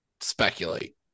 speculate